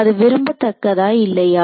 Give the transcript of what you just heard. அது விரும்பத்தக்கதா இல்லையா